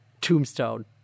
tombstone